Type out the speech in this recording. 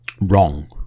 Wrong